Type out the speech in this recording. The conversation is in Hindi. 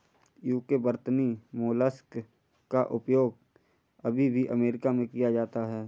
यूके वर्तनी मोलस्क का उपयोग अभी भी अमेरिका में किया जाता है